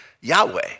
Yahweh